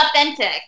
authentic